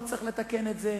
לא צריך לתקן את זה,